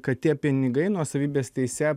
kad tie pinigai nuosavybės teise